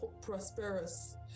prosperous